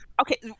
okay